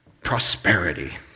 prosperity